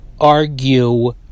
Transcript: argue